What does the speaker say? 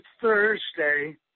Thursday